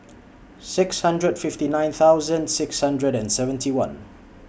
six hundred and fifty nine thousand six hundred and seventy one